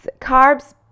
carbs